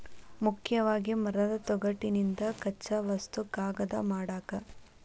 ಮುಖ್ಯವಾಗಿ ಮರದ ತೊಗಟಿನ ಕಚ್ಚಾ ವಸ್ತು ಕಾಗದಾ ಮಾಡಾಕ